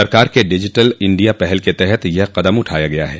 सरकार के digital India पहल के तहत यह क़दम उठाया गया है